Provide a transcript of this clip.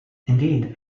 indeed